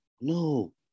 no